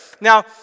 Now